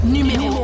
Numéro